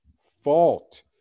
fault